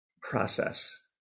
process